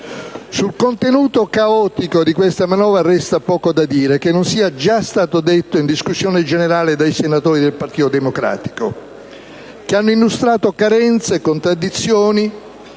Sul contenuto caotico di questa manovra resta poco da dire che non sia già stato detto in discussione generale dai senatori del Partito Democratico, che hanno illustrato carenze e contraddizioni